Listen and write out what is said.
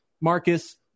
marcus